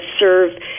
serve